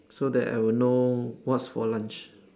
so that I will know what's for lunch